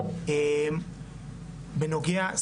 בנוגע,